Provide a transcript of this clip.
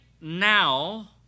now